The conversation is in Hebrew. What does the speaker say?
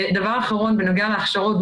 ודבר אחרון, בנוגע להכשרות.